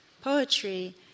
poetry